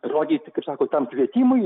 rodyt kaip sako tam kvietimui